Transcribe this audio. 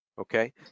Okay